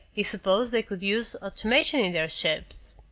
he supposed they could use automation in their ships.